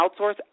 Outsource